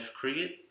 Cricket